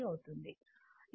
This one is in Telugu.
అవుతుంది